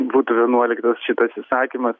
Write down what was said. būtų vienuoliktas šitas įsakymas